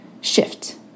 shift